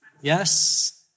Yes